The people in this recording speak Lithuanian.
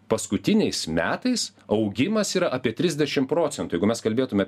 paskutiniais metais augimas yra apie trisdešim procentų jeigu mes kalbėtume